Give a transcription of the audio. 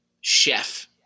chef